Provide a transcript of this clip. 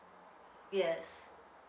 yes